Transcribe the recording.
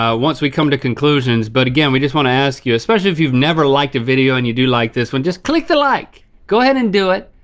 um once we come to conclusions, but again, we just wanna ask you, especially if you've never liked a video and you do like this one, just click the like! go ahead and do it,